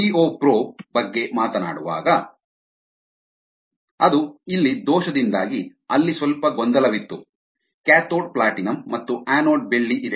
DO probe ಬಗ್ಗೆ ಮಾತನಾಡುವಾಗ ಅದು ಇಲ್ಲಿ ದೋಷದಿಂದಾಗಿ ಅಲ್ಲಿ ಸ್ವಲ್ಪ ಗೊಂದಲವಿತ್ತು ಕ್ಯಾಥೋಡ್ ಪ್ಲಾಟಿನಂ ಮತ್ತು ಆನೋಡ್ ಬೆಳ್ಳಿ ಇದೆ